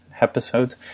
Episodes